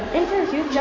interview